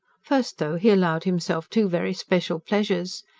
first, though, he allowed himself two very special pleasures.